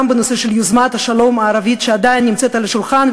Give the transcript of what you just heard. גם בנושא של יוזמת השלום הערבית שעדיין נמצאת על השולחן.